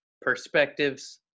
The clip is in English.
perspectives